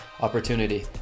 opportunity